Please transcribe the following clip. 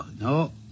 no